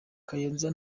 kayonza